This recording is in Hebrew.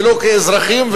ולא כאזרחים,